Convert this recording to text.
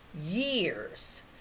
years